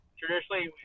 traditionally